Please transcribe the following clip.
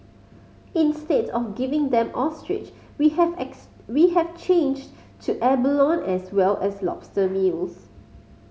instead of giving them ostrich we have we have changed to abalone as well as lobster meals